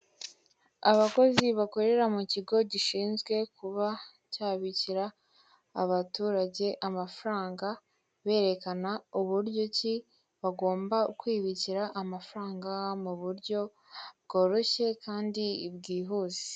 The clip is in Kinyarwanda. Abakozi bakorera mu kigo gishinzwe kuba cyabikira abaturage amafaranga, berekana uburyo ki bagomba kwibikira amafaranga mu buryo bworoshye kandi bwihuse.